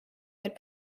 had